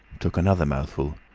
took another mouthful,